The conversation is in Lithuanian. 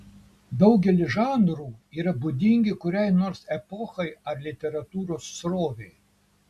daugelis žanrų yra būdingi kuriai nors epochai ar literatūros srovei